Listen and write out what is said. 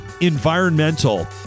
Environmental